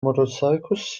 motorcycles